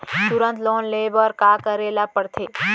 तुरंत लोन ले बर का करे ला पढ़थे?